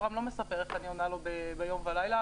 בחיים יהלומנים לא באו למדינה וביקשו תמריצים,